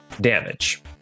damage